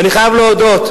ואני חייב להודות,